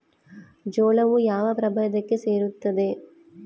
ಜೋಳವು ಯಾವ ಪ್ರಭೇದಕ್ಕೆ ಸೇರುತ್ತದೆ?